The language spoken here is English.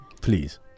please